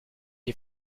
est